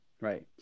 Right